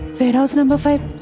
warehouse number five.